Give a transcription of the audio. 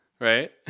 Right